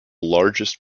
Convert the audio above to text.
largest